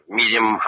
medium